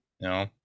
No